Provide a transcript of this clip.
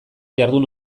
jardun